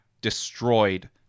destroyed